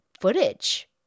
footage